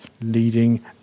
leading